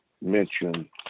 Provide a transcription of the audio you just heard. mention